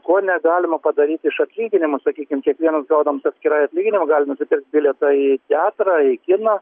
ko negalima padaryti iš atlyginimo sakykim kiekvienas gaudams atskrai atlyginimą gali nusipirk bilietą į teatrą į kiną